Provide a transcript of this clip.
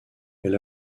elle